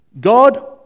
God